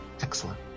Excellent